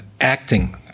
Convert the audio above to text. acting